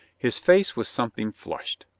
his face was something flushed.